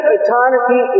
eternity